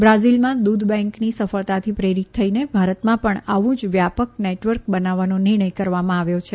બ્રાઝિલમાં દૂધ બેંકની સફળતાથી પ્રેરિત થઈને ભારતમાં પણ આવું જ વ્યાપક નેટવર્ક બનાવવાનો નિર્ણય કરવામાં આવ્યો છે